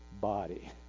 body